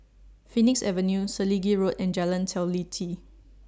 Phoenix Avenue Selegie Road and Jalan Teliti